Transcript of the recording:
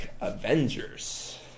Avengers